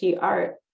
art